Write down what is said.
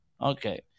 Okay